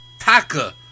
Taka